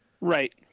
right